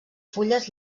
fulles